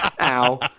ow